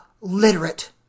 literate